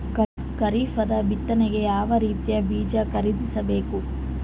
ಖರೀಪದ ಬಿತ್ತನೆಗೆ ಯಾವ್ ರೀತಿಯ ಬೀಜ ಖರೀದಿಸ ಬೇಕು?